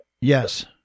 Yes